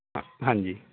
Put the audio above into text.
ਹਾਂਜੀ